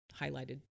highlighted